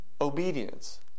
obedience